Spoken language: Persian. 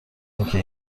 اینکه